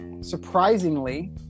surprisingly